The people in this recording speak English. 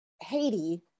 Haiti